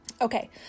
Okay